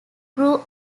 grew